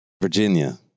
Virginia